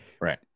right